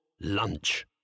lunch